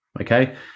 okay